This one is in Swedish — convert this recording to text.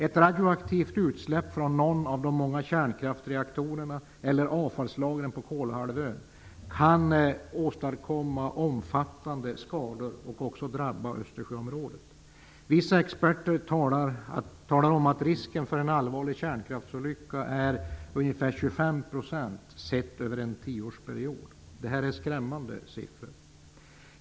Ett radioaktivt utsläpp från någon av de många kärnkraftsreaktorerna eller avfallslagren på Kolahalvön kan åstadkomma omfattande skador och också drabba Östersjöområdet. Vissa experter talar om att risken för en allvarlig kärnkraftsolycka är ungefär 25 %, sett över en tioårsperiod. Det är skrämmande siffror.